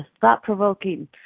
thought-provoking